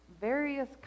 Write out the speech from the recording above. various